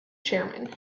chairman